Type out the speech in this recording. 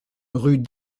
rue